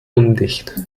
undicht